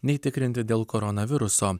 nei tikrinti dėl koronaviruso